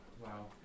Wow